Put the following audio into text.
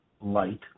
Light